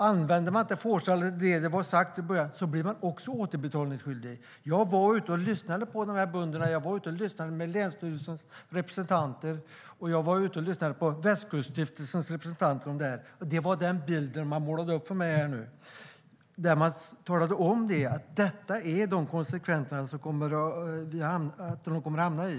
Använder man inte fårstallen till det som det från början var sagt blir man också återbetalningsskyldig. Jag var ute och lyssnade på de här bönderna. Jag var ute och lyssnade med länsstyrelsens representanter, och jag var ute och lyssnade på Västkuststiftelsens representanter. Det var den här bilden de målade upp. De talade om att detta är de konsekvenser det kommer att landa i.